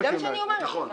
זה מה שאני אומרת, נכון.